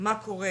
מה קורה